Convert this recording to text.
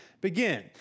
begin